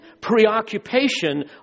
preoccupation